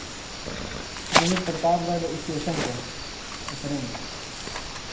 नहीं प्रतापगढ़ स्टेशन पर हैं उतरेंगे